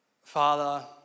Father